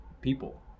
people